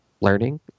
learning